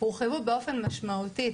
הורחבו באופן משמעותי,